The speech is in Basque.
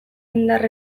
indar